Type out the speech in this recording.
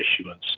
issuance